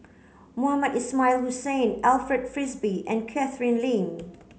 Mohamed Ismail Hussain Alfred Frisby and Catherine Lim